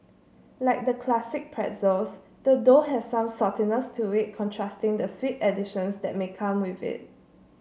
like the classic pretzels the dough has some saltiness to it contrasting the sweet additions that may come with it